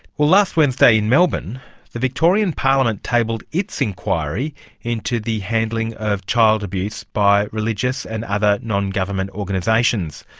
well, last wednesday in melbourne the victorian parliament tabled its inquiry into the handling of child abuse by religious and other non-government organisations.